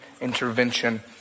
intervention